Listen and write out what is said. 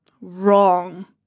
wrong